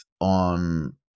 on